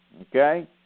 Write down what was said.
okay